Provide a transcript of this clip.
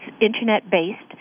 internet-based